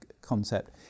concept